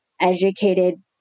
educated